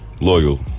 loyal